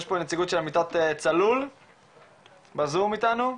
יש פה נציגות של עמותת צלול בזום איתנו?